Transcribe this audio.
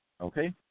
Okay